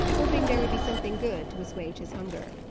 hoping there would be something good to assuage his hunger.